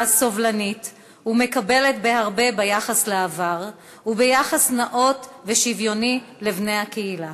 סובלנית ומקבלת בהרבה ביחס לעבר וביחס נאות ושוויוני לבני הקהילה.